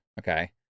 okay